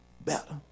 better